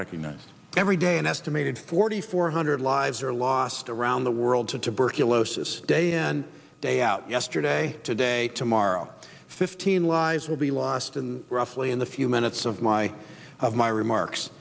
recognized every day an estimated forty four hundred lives are lost around the world tuberculosis day and day out yesterday today tomorrow fifteen lives will be lost and roughly in the few minutes of my of my remarks